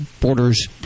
Borders